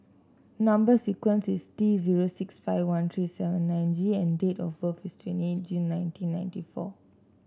number sequence is T zero six five one three seven nine G and date of birth is twenty eight June nineteen ninety four